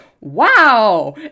Wow